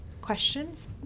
questions